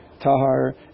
Tahar